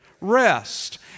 rest